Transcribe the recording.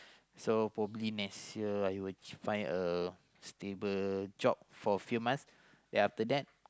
so probably next year I will find a stable job for a few months then after that